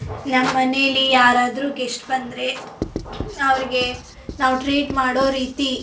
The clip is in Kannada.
ನಮ್ಮನೆಯಲ್ಲಿ ಯಾರಾದರೂ ಗೆಸ್ಟ್ ಬಂದರೆ ಅವರಿಗೆ ನಾವು ಟ್ರೀಟ್ ಮಾಡೋ ರೀತಿ